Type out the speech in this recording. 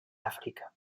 àfrica